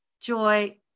joy